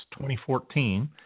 2014